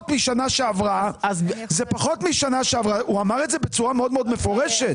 משנה שעברה הוא אמר את זה בצורה מאוד מפורשת.